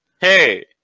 Hey